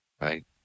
Right